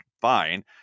fine